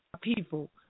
people